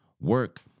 work